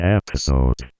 episode